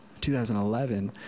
2011